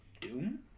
Doom